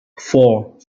four